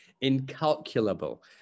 incalculable